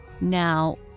Now